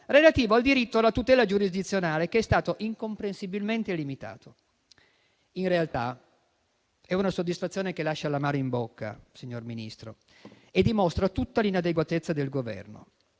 relativo al diritto alla tutela giurisdizionale che è stato incomprensibilmente limitato. In realtà, è una soddisfazione che lascia l'amaro in bocca, signor Ministro, e dimostra tutta l'inadeguatezza del Governo,